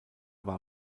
war